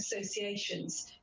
associations